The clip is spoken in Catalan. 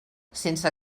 sense